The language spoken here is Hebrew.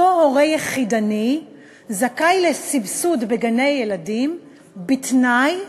אותו הורה יחידני זכאי לסבסוד בגני-ילדים בתנאי,